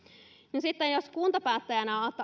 sitten jos kuntapäättäjänä